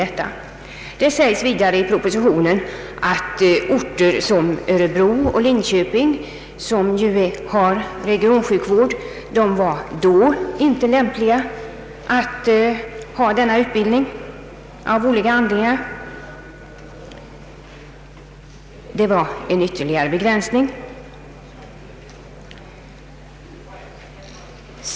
Det anfördes vidare i propositionen år 1964 att orter som Örebro och Linköping, som ju har regionsjukvård, då av olika anledningar inte var lämpliga att ge denna utbildning. Det var en ytterligare begränsning.